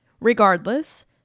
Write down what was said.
Regardless